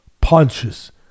punches